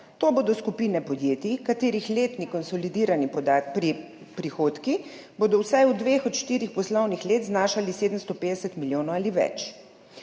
To bodo skupine podjetij, katerih letni konsolidirani prihodki bodo vsaj v dveh od štirih poslovnih let znašali 750 milijonov ali več.